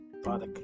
Father